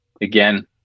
Again